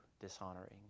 dishonoring